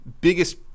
biggest